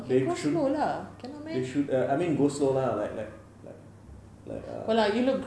they should they should err I I mean go slow lah like like err